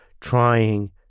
trying